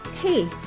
hey